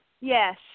Yes